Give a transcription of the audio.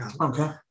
Okay